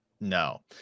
No